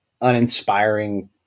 uninspiring